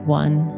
one